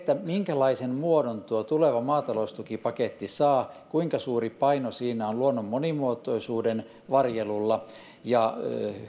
minkälaisen muodon tuo tuleva maataloustukipaketti saa kuinka suuri paino siinä on luonnon monimuotoisuuden varjelulla ja